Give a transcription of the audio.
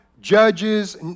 judges